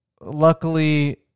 luckily